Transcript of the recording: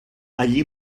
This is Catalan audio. allí